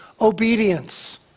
Obedience